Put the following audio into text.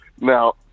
Now